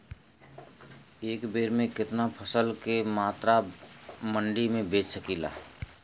एक बेर में कितना फसल के मात्रा मंडी में बेच सकीला?